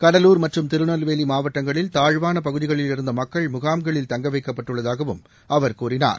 கடலூர் மற்றும் திருநெல்வேலி மாவட்டங்களில் தாழ்வான பகுதிகளில் இருந்த மக்கள் முகாம்களில் தங்கவைக்கப்பட்டுள்ளதாகவும் அவர் கூறினார்